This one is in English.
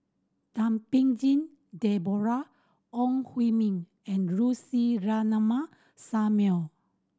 Thum Ping Tjin Deborah Ong Hui Min and Lucy Ratnammah Samuel